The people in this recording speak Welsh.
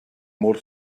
mor